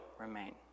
remain